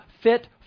fit